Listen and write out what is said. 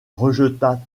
rejeta